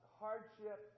hardship